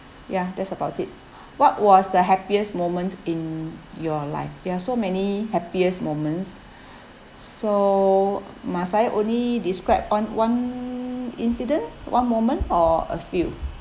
ya that's about it what was the happiest moments in your life we have so many happiest moments so must I only described on one incidents one moment or a few